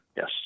Yes